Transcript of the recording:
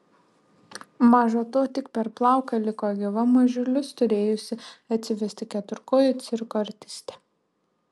maža to tik per plauką liko gyva mažylius turėjusi atsivesti keturkojė cirko artistė